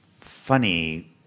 funny